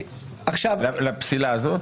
לפסילה הזאת?